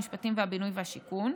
המשפטים והבינוי והשיכון,